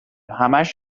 همش